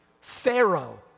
Pharaoh